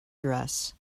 dress